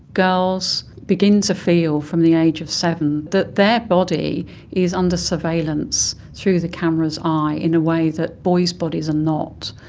girls begin to feel from the age of seven that their body is under surveillance through the camera's eye in a way that boys' bodies are not.